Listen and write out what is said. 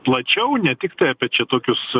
plačiau ne tiktai apie čia tokius